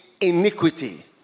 iniquity